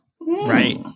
right